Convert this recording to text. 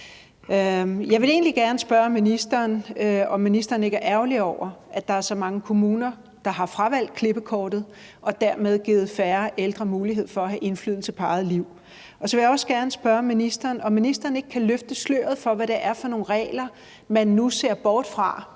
Jeg vil egentlig gerne spørge ministeren, om ministeren ikke er ærgerlig over, at der er så mange kommuner, der har fravalgt klippekortet og dermed givet færre ældre mulighed for at have indflydelse på eget liv. Og så vil jeg også gerne spørge ministeren, om ministeren ikke kan løfte sløret for, hvad det er for nogle regler, man nu ser bort fra